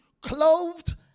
clothed